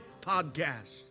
podcast